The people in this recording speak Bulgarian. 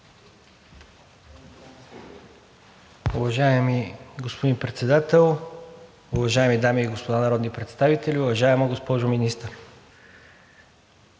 Уважаеми господин Председател, уважаеми дами и господа народни представители! Уважаема госпожо Министър,